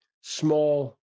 small